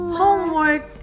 homework